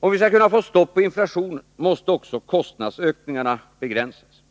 Om vi skall kunna få stopp på inflationen måste också kostnadsökningarna begränsas.